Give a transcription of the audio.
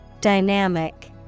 Dynamic